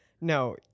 no